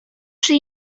czy